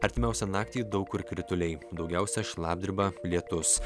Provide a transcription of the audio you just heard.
artimiausią naktį daug kur krituliai daugiausia šlapdriba lietus